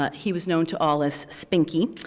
but he was known to all as spinky.